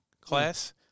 class